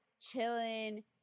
Chilling